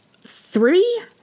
three